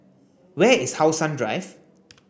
where is How Sun Drive